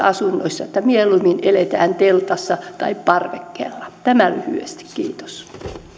asunnoissa että mieluummin eletään teltassa tai parvekkeella tämä lyhyesti kiitos